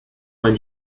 vingt